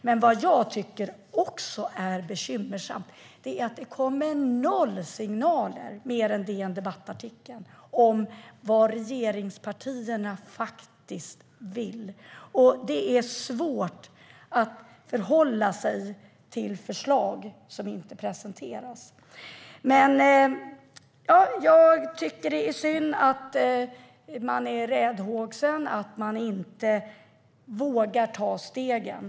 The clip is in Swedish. Men vad jag också tycker är bekymmersamt är att det kommer noll signaler, mer än artikeln i DN Debatt, om vad regeringspartierna faktiskt vill. Det är svårt att förhålla sig till förslag som inte presenteras. Det är synd att man är räddhågsen och inte vågar ta stegen.